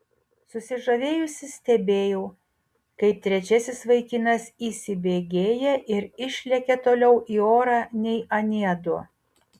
susižavėjusi stebėjau kaip trečiasis vaikinas įsibėgėja ir išlekia toliau į orą nei anie du